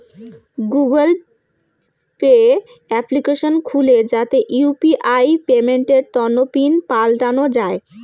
Google Pay application খুলে যাতে UPI পেমেন্টের তন্ন পিন পাল্টানো যাই